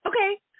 Okay